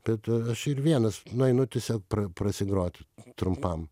bet aš ir vienas nueinu tiesiog pra prasigrot trumpam